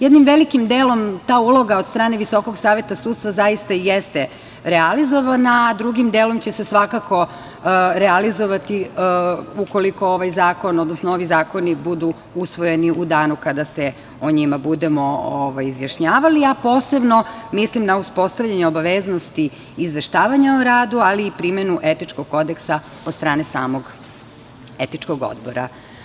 Jednim velikim delom ta uloga od strane Visokog saveta sudstva zaista i jeste realizovana, a drugim delom će se svakako realizovati ukoliko ovaj zakon, odnosno ovi zakoni budu usvojeni u danu kada se o njima budemo izjašnjavali, a posebno mislim na uspostavljanje obaveznosti izveštavanja o radu, ali i primenu Etičkog kodeksa od strane samog Etičkog odbora.